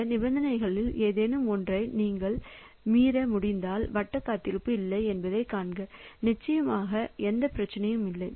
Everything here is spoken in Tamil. இந்த நிபந்தனைகளில் ஏதேனும் ஒன்றை நீங்கள் மீற முடிந்தால் வட்ட காத்திருப்பு இல்லை என்பதைக் காண்க நிச்சயமாக எந்த பிரச்சனையும் இல்லை